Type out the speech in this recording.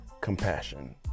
compassion